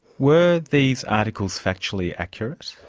were these articles factually accurate?